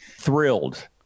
thrilled